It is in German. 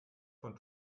von